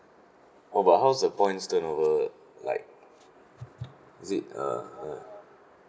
what about how's the points turnover like is it uh uh